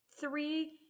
three